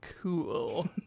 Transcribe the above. cool